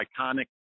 iconic